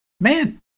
Man